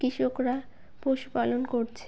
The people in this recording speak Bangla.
কৃষকরা পশুপালন করছে